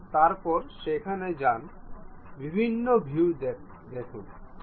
তারপরে সেখানে যান বিভিন্ন ভিউ দেখতে